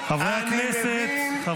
חברי הכנסת, חברי הכנסת.